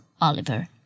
Oliver